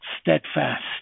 steadfast